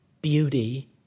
beauty